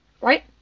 right